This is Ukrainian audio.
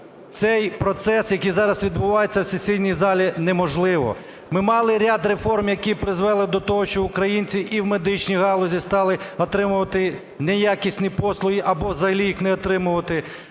цей процес, який зараз відбувається в сесійній залі неможливо. Ми мали ряд реформ, які призвели до того, що українці в і медичній галузі стали отримувати неякісні послуги або взагалі їх не отримувати.